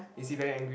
is he very angry